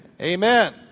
Amen